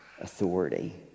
authority